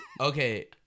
Okay